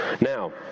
Now